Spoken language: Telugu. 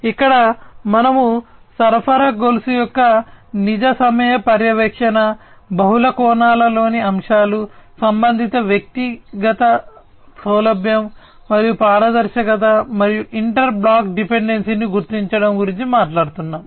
ఇక్కడ మనము సరఫరా గొలుసు యొక్క నిజ సమయ పర్యవేక్షణ బహుళ కోణాలలోని అంశాలు సంబంధిత వ్యక్తిగత సౌలభ్యం మరియు పారదర్శకత మరియు ఇంటర్ బ్లాక్ డిపెండెన్సీని గుర్తించడం గురించి మాట్లాడుతున్నాము